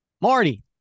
Marty